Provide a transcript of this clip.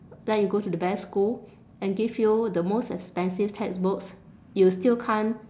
let you go to the best school and give you the most expensive textbooks you still can't